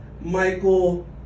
Michael